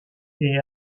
est